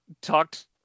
talked